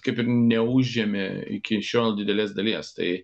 kaip ir neužėmė iki šiol didelės dalies tai